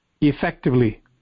effectively